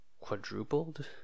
quadrupled